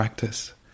practice